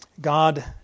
God